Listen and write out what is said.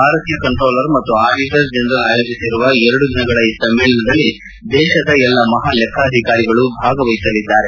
ಭಾರತೀಯ ಕಂಟ್ರೋಲರ್ ಮತ್ತು auditor general ಆಯೋಜಿಸಿರುವ ಎರಡು ದಿನಗಳ ಈ ಸಮ್ಮೇಳನದಲ್ಲಿ ದೇಶದ ಎಲ್ಲ ಮಹಾ ಲೆಕ್ಕಾಧಿಕಾರಿಗಳು ಭಾಗವಹಿಸಲಿದ್ದಾರೆ